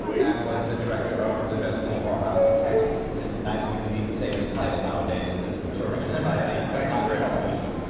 and was the director of the best little whorehouse in texas. isn't it nice we can even say the title nowadays in this maturic society on ah and television?